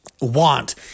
want